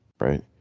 right